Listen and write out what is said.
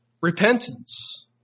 Repentance